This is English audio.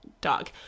dog